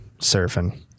surfing